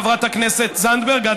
חברת כנסת זנדברג,